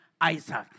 Isaac